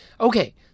Okay